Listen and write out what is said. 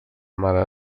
mare